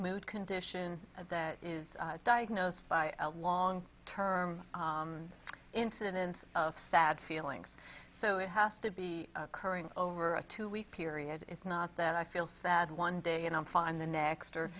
mood condition that is diagnosed by a long term incidence of bad feelings so it has to be occurring over a two week period it's not that i feel sad one day and i'm fine the next